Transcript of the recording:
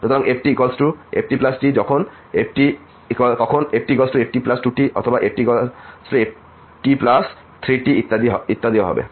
সুতরাং যদি ftftT হয় তখন ftft2T অথবা ft2 ইত্যাদি ও হবে